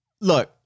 look